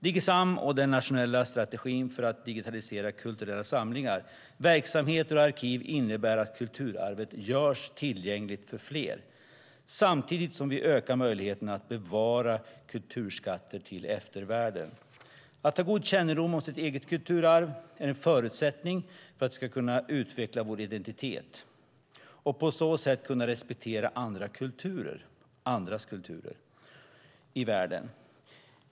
Digisam och den nationella strategin för att digitalisera kulturella samlingar, verksamheter och arkiv innebär att kulturarvet görs tillgängligt för fler samtidigt som vi ökar möjligheterna att bevara kulturskatter till eftervärlden. Att ha god kännedom om sitt eget kulturarv är en förutsättning för att vi ska kunna utveckla vår identitet och på så sätt kunna respektera andras kulturer i världen.